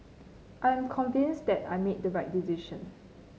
I am convinced that I made the right decision